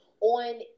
on